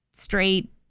straight